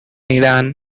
iran